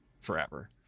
forever